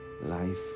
life